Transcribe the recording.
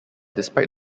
despite